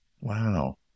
Wow